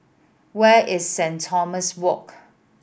where is Saint Thomas Walk